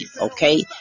Okay